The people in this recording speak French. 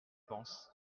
pense